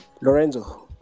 Lorenzo